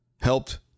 helped